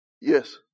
Yes